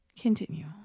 Continue